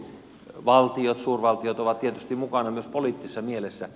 valtiot suurvaltiot ovat tietysti mukana myös poliittisessa mielessä